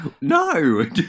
no